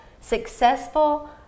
successful